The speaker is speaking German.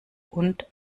und